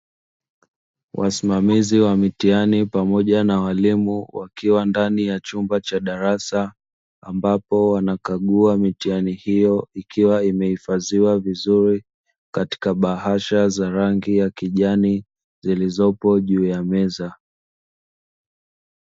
Wasimamizi wa mitihani pamoja na walimu wakiwa ndani ya chumba cha darasa, ambapo wanakagua mitihani hiyo ikiwa imehifadhiwa vizuri katika bahasha za rangi ya kijani zilizopo juu ya meza.